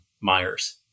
Myers